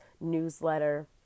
newsletter